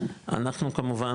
אנחנו כמובן,